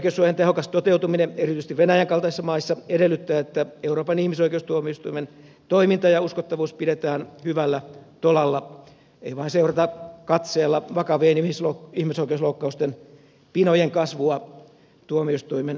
ihmisoikeussuojan tehokas toteutuminen erityisesti venäjän kaltaisissa maissa edellyttää että euroopan ihmisoikeustuomioistuimen toiminta ja uskottavuus pidetään hyvällä tolalla ei vain seurata katseella vakavien ihmisoikeusloukkausten pinojen kasvua tuomioistuimen käytävillä